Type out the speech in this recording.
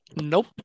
Nope